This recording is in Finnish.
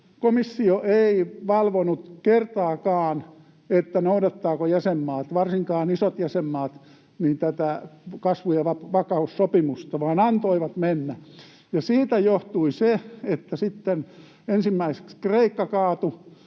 komissio ei valvonut kertaakaan, noudattavatko jäsenmaat, varsinkaan isot jäsenmaat, tätä kasvu- ja vakaussopimusta, vaan antoi mennä, ja siitä johtui se, että sitten ensimmäiseksi Kreikka kaatui.